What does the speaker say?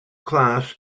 class